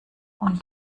und